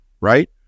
right